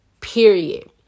Period